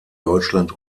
deutschland